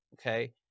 okay